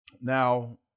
Now